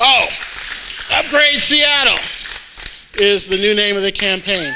gray seattle is the new name of the campaign